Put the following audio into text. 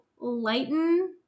lighten